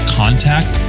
contact